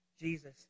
Jesus